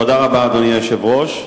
תודה רבה, אדוני היושב-ראש.